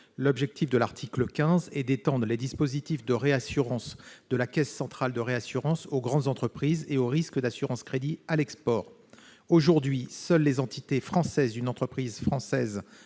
L'objet de l'article 15 est d'étendre ces dispositifs de réassurance de la caisse centrale de réassurance aux grandes entreprises et aux risques d'assurance-crédit à l'export. Aujourd'hui, seules les entités françaises d'une entreprise française